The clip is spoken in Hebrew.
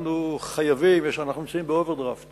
אנחנו נמצאים באוברדרפט